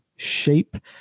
Shape